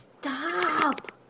Stop